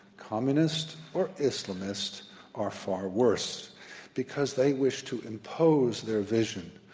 communist or islamist are far worse because they wish to impose their vision.